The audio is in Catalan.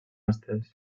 estès